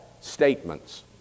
statements